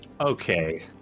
Okay